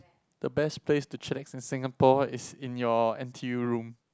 the best place to chillax in Singapore is in your n_t_u room